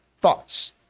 thoughts